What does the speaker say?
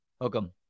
Welcome